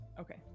Okay